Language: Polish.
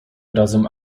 razem